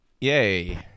Yay